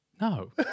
No